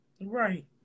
Right